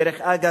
דרך אגב,